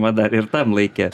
mada ir tam laike